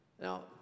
Now